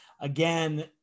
again